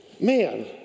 Man